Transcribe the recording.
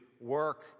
work